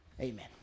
Amen